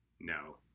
no